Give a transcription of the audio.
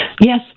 Yes